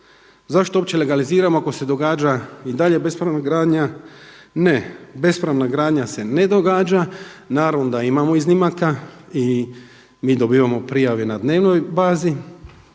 zašto uopće legaliziramo ako se događa i dalje bespravna gradnja. Ne, bespravna gradanja se ne događa. Naravno da imamo iznimaka i mi dobivamo prijave na dnevnoj bazi,